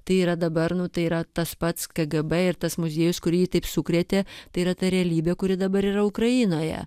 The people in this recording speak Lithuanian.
tai yra dabar nu tai yra tas pats kgb ir tas muziejus kurį jį taip sukrėtė tai yra ta realybė kuri dabar yra ukrainoje